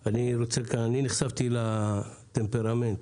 אני נחשפתי לטמפרמנט,